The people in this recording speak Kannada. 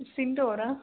ಸಿಂಧೂ ಅವರಾ